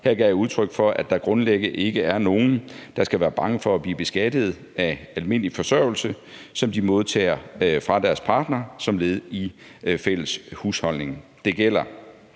Her gav jeg udtryk for, at der grundlæggende ikke er nogen, der skal være bange for til at blive beskattet af almindelig forsørgelse, som de modtager fra deres partner som led i fælles husholdning. Det gælder